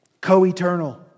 co-eternal